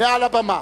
מעל הבמה.